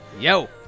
Yo